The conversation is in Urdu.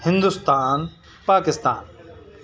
ہندوستان پاکستان